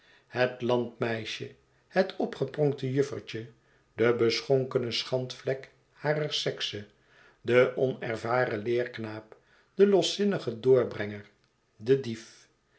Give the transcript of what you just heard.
het iandmeisje het opgepronkte juffertje de beschonkene schandvlek harer sekse de onervaren leerknaap de loszinnige doorbrenger de dief